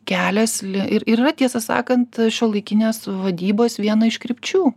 kelias ir yra tiesą sakant šiuolaikinės vadybos viena iš krypčių